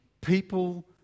people